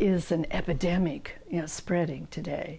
is an epidemic spreading today